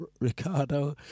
Ricardo